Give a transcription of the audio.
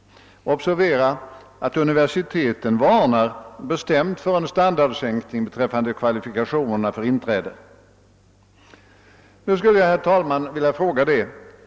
Observera att universiteten bestämt varnar för en standardsänkning beträffande kvalifikationerna för inträde!